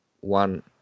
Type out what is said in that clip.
one